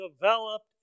developed